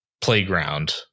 playground